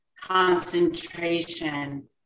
concentration